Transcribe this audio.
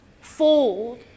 Fold